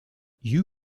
you